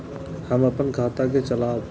हम अपन खाता के चलाब?